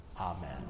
Amen